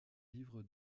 livre